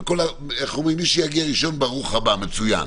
ומי שיגיע ראשון מצוין.